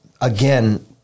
again